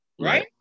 Right